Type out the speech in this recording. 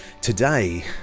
Today